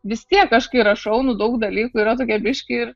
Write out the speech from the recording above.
vis tiek aš kai rašau nu daug dalykų yra tokie biški